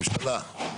ממשלה.